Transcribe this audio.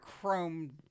chrome